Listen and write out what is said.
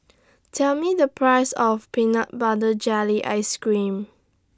Tell Me The Price of Peanut Butter Jelly Ice Cream